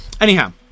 Anyhow